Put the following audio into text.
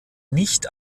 nicht